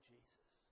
Jesus